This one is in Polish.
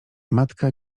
matka